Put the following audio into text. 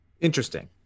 Interesting